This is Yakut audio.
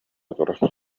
турара